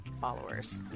followers